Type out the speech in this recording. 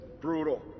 Brutal